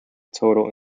total